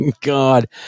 God